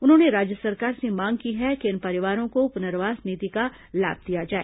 उन्होंने राज्य सरकार से मांग की है कि इन परिवारों को पुनर्वास नीति का लाभ दिया जाए